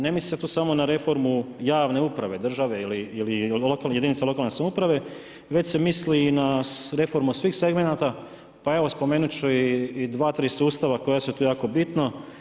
Ne mislim tu samo na reformu javne uprave, države ili jedinica lokalne samouprave već se misli i na reformu svih segmenata pa evo spomenut ću i dva, tri sustava koja su tu jako bitna.